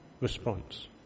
response